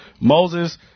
Moses